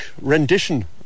rendition